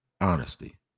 honesty